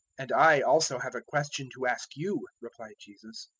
and i also have a question to ask you, replied jesus,